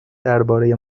درباره